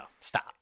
stop